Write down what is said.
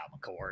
McCord